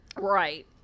Right